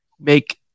make